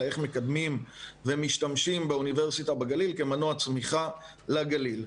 אלא איך מקדמים ומשתמשים באוניברסיטה בגליל כמנוע צמיחה לגליל.